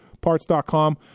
Parts.com